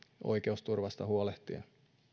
oikeusturvasta huolehtien